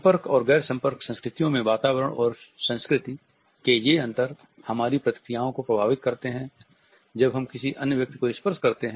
संपर्क और गैर संपर्क संस्कृतियों में वातावरण और संस्कृति के ये अंतर हमारी प्रतिक्रियाओं को प्रभावित करते हैं